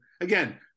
again